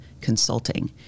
consulting